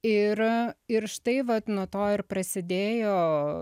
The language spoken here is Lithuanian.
ir ir štai vat nuo to ir prasidėjo